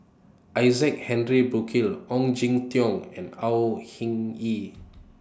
Isaac Henry Burkill Ong Jin Teong and Au Hing Yee